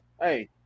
hey